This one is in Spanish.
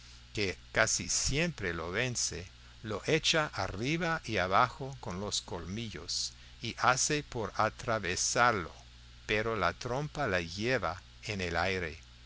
que casi siempre lo vence lo echa arriba y abajo con los colmillos y hace por atravesarlo pero la trompa la lleva en el aire